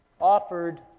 offered